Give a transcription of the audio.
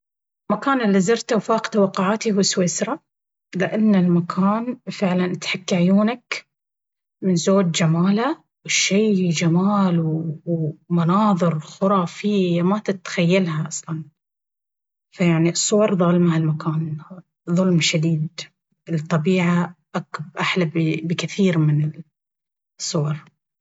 المكان اللي زرته وفاق توقعاتي هو سويسرا لأن المكان فعلا تحك عيونك من زود جماله... شي جمال ومناظر خراافية ما تتخيلها أصلا... فيعني الصور ظالمة هالمكان ظلم شديد الصراحة... الطبيعة أحلى بكثير من الصور.